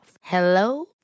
Hello